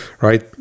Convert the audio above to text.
right